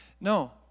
No